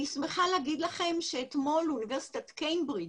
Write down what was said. אני שמחה להגיד לכם שאתמול אוניברסיטת קיימברידג',